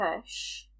push